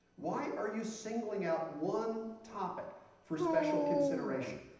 why are you singling out one topic for special consideration?